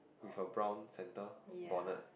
with a brown centre bonnet